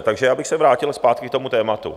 Takže já bych se vrátil zpátky k tomu tématu.